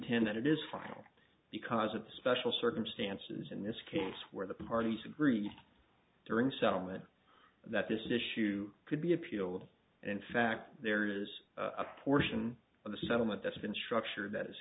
contend that it is final because of the special circumstances in this case where the parties agreed during settlement that this issue could be appealed and in fact there is a portion of the settlement that's been structured that is